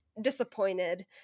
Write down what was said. disappointed